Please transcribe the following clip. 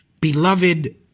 beloved